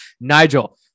Nigel